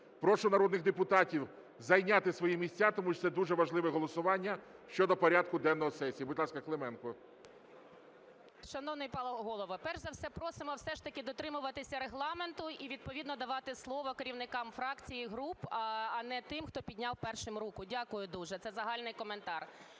Прошу народних депутатів зайняти свої місця, тому що це дуже важливе голосування щодо порядку денного сесії. Будь ласка, Клименко. 10:34:34 КЛИМЕНКО Ю.Л. Шановний пане Голово, перш за все просимо все ж таки дотримуватися регламенту і відповідно давати слово керівникам фракцій і груп, а не тим, хто підняв першим руку. Дякую дуже. Це загальний коментар.